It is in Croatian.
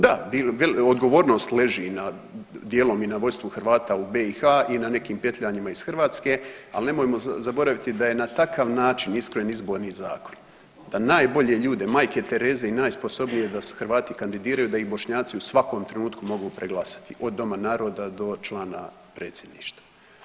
Da, odgovornost leži dijelom i na vodstvu Hrvata u BiH i na nekim petljanjima iz Hrvatske, ali nemojmo zaboraviti da je na takav način iskrojen izborni zakon, da najbolje ljude Majke Tereze i najsposobnije da se Hrvati kandidiraju da ih Bošnjaci u svakom trenutku mogu preglasati od Doma naroda do člana predsjedništva.